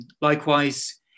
Likewise